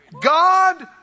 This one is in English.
God